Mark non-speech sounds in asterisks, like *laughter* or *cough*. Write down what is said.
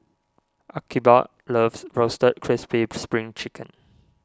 Archibald loves Roasted Crispy *noise* Spring Chicken